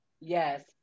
Yes